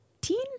teen